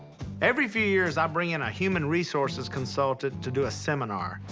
every few years i bring in a human resources consultant to do a seminar.